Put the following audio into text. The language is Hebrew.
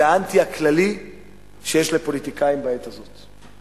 וזה האנטי הכללי שיש כלפי פוליטיקאים בעת הזאת.